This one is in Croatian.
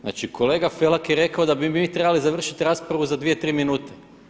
Znači kolega Felak je rekao da bi mi trebalo završiti raspravu za dvije, tri minute.